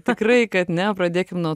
tikrai kad ne pradėkim nuo